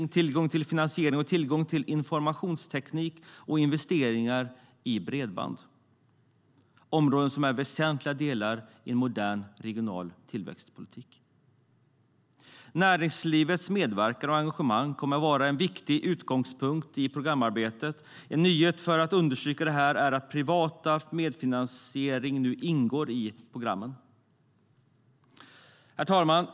De ger tillgång till finansiering och informationsteknik och till investeringar i bredband, områden som är väsentliga i en modern regional tillväxtpolitik. Näringslivets medverkan och engagemang kommer att vara en viktig utgångspunkt i programarbetet. En nyhet för att understryka det är att privat medfinansiering nu ingår i programmen. Herr talman!